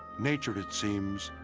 nature, it seems,